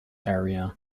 area